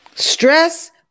Stress